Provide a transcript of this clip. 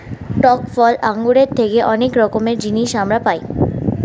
টক ফল আঙ্গুরের থেকে অনেক রকমের জিনিস আমরা পাই